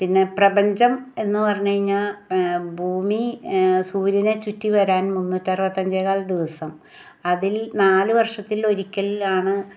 പിന്നെ പ്രപഞ്ചം എന്ന് പറഞ്ഞ് കഴിഞ്ഞാൽ ഭൂമി സൂര്യനെ ചുറ്റി വരാൻ മുന്നൂറ്ററുപത്തഞ്ചേ കാൽ ദിവസം അതിൽ നാല് വർഷത്തിലൊരിക്കൽ ആണ്